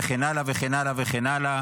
וכן הלאה וכן הלאה וכן הלאה.